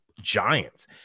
giants